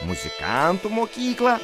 muzikantų mokyklą